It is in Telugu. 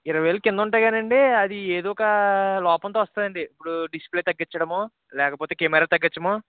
ఇరవై వేలు కింద ఉంటాయి కానియ్యండి అది ఏదొక లోపంతో వస్తాయండి ఇప్పుడు డిస్ప్లే తగ్గించడము లేకపోతే కెమెరా తగ్గించడమో